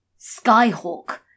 Skyhawk